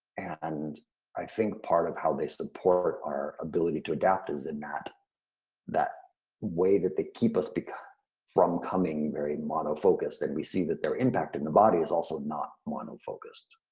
and i think part of how they support our ability to adapt is in that way that they keep us from coming very mono-focused, and we see that their impact in the body is also not mono-focused.